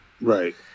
Right